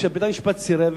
כשבית-המשפט סירב,